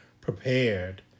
prepared